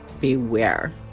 beware